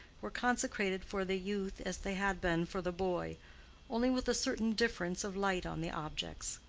were consecrated for the youth as they had been for the boy only with a certain difference of light on the objects.